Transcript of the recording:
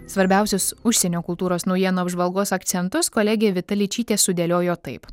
svarbiausias užsienio kultūros naujienų apžvalgos akcentus kolegė vita ličytė sudėliojo taip